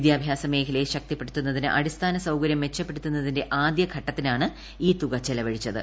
വിദ്യാഭ്യാസ മേഖലയെ ശക്തിപ്പെടുത്തുന്നതിന് അടിസ്ഥാന സൌകര്യം മെച്ചപ്പെടുത്തുന്നതിന്റെ ആദ്യ ഘട്ടത്തിനാണ് ഈ തുക ചെലവഴിച്ചത്